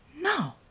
No